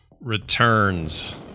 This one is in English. returns